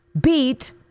beat